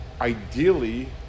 ideally